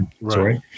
Right